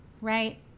right